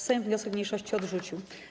Sejm wniosek mniejszości odrzucił.